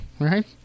Right